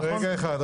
רגע אחד.